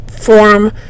form